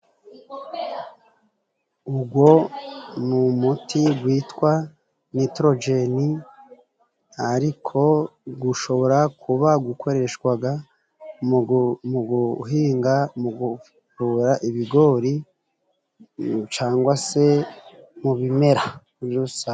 Uwo ni numuti witwa nitorogeni, ariko ushobora kuba ukoreshwa mu guhinga, mu guhura ibigori cyangwa se mu bimera muri rusange.